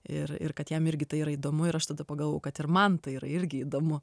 ir ir kad jam irgi tai yra įdomu ir aš tada pagalvojau kad ir man tai yra irgi įdomu